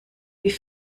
wie